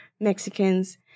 Mexicans